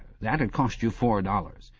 that'd cost you four dollars.